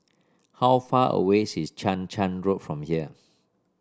how far away is Chang Charn Road from here